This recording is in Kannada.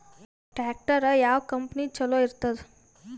ಟ್ಟ್ರ್ಯಾಕ್ಟರ್ ಯಾವ ಕಂಪನಿದು ಚಲೋ ಇರತದ?